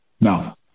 No